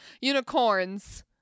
unicorns